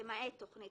תכנית